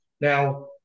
Now